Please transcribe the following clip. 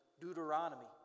Deuteronomy